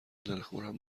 دلخورم